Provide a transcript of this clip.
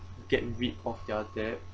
get rid of their debt